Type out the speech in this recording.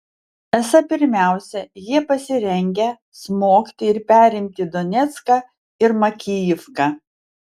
esą pirmiausia jie pasirengę smogti ir perimti donecką ir makijivką